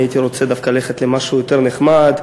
הייתי רוצה ללכת דווקא למשהו יותר נחמד.